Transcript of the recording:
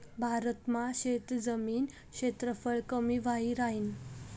भारत मा शेतजमीन क्षेत्रफळ कमी व्हयी राहीन